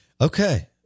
Okay